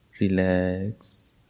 Relax